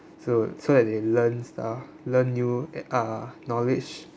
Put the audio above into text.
so so that they learn stuff learn new eh uh knowledge